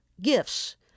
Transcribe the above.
gifts